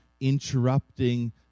interrupting